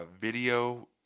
video